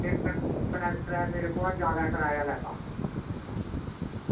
ते कंडक्टर नै मेरे कोला जादै किराया लैता